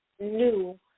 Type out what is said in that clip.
new